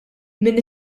min